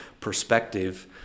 perspective